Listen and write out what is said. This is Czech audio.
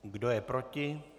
Kdo je proti?